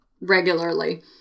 regularly